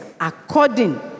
according